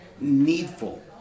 needful